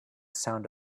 sound